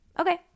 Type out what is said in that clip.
Okay